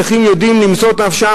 צריכים יהודים למסור את נפשם,